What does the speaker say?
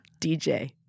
dj